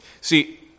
See